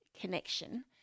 connection